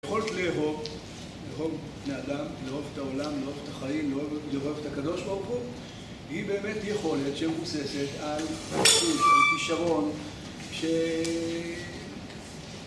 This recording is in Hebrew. יכולת לאהוב, לאהוב בני אדם, לאהוב את העולם, לאהוב את החיים, לאהוב את הקדוש ברוך היא באמת יכולת שהיא מבוססת על כישרון ש...